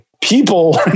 people